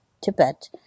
Tibet